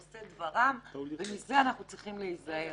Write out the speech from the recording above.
עושי דברם מזה אנחנו צריכים להיזהר.